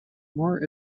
more